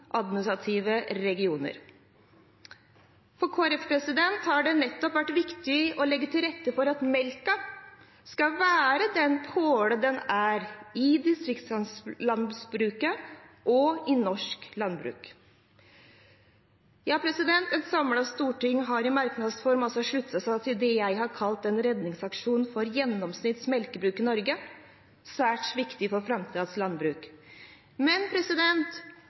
administrative regioner. For Kristelig Folkeparti har det nettopp vært viktig å legge til rette for at melken skal være den pålen den er i distriktslandbruket og i norsk landbruk. Ja, et samlet storting har i merknads form sluttet seg til det jeg har kalt en redningsaksjon for gjennomsnitts melkebruk i Norge. Det er særs viktig for framtidens landbruk. Men